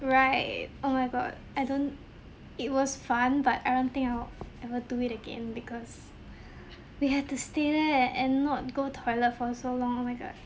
right oh my god I don't it was fun but I don't think I'll ever do it again because we had to stay there and not go toilet for so long oh my god